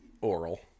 oral